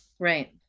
Right